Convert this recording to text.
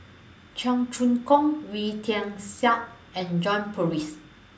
Cheong Choong Kong Wee Tian Siak and John Purvis